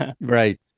Right